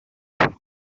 camp